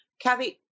Kathy